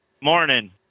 morning